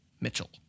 Mitchell